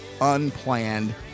unplanned